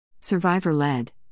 Survivor-led